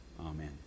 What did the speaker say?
amen